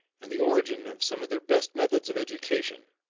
and the origin of some of their best methods of education.